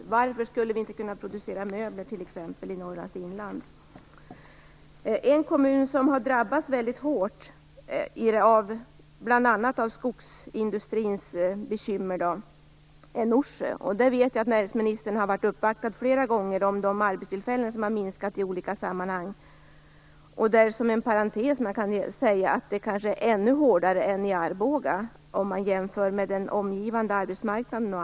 Men varför skulle vi inte kunna producera möbler t.ex. i En kommun som drabbats väldigt hårt bl.a. av skogsindustrins bekymmer är Norsjö. Jag vet att näringsministern har uppvaktats flera gånger om de arbetstillfällen som i olika sammanhang försvunnit. Norsjö har kanske drabbats ännu hårdare än Arboga - jämfört med omgivande arbetsmarknad etc.